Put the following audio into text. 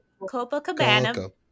Copacabana